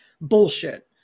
bullshit